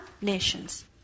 Nations